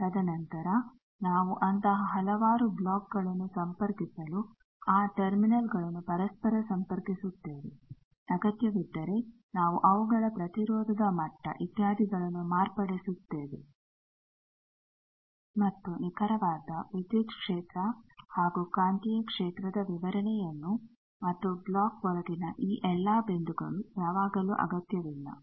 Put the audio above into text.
ತದನಂತರ ನಾವು ಅಂತಹ ಹಲವಾರು ಬ್ಲಾಕ್ ಗಳನ್ನು ಸಂಪರ್ಕಿಸಲು ಆ ಟರ್ಮಿನಲ್ ಗಳನ್ನು ಪರಸ್ಪರ ಸಂಪರ್ಕಿಸುತ್ತೇವೆ ಅಗತ್ಯವಿದ್ದರೆ ನಾವು ಅವುಗಳ ಪ್ರತಿರೋಧದ ಮಟ್ಟ ಇತ್ಯಾದಿಗಳನ್ನು ಮಾರ್ಪಡಿಸುತ್ತೇವೆ ಮತ್ತು ನಿಖರವಾದ ವಿದ್ಯುತ್ ಕ್ಷೇತ್ರ ಹಾಗೂ ಕಾಂತೀಯ ಕ್ಷೇತ್ರದ ವಿವರಣೆಯನ್ನು ಮತ್ತು ಬ್ಲಾಕ್ ಒಳಗಿನ ಈ ಎಲ್ಲಾ ಬಿಂದುಗಳು ಯಾವಾಗಲೂ ಅಗತ್ಯವಿಲ್ಲ